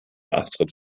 astrid